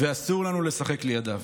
ואסור לנו לשחק לידיו.